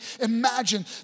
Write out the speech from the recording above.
imagine